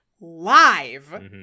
live